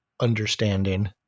understanding